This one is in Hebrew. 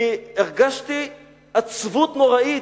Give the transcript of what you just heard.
אני הרגשתי עצבות נוראית.